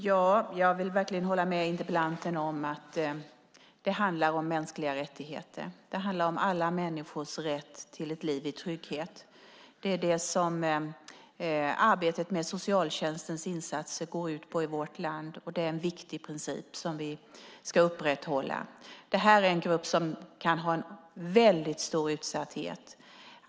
Fru talman! Jag håller med interpellanten om att det handlar om mänskliga rättigheter. Det handlar om alla människors rätt till ett liv i trygghet. Det är det som arbetet med socialtjänstens insatser går ut på i vårt land, och det är en viktig princip som vi ska upprätthålla. Detta är en grupp som kan leva i stor utsatthet.